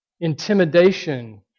intimidation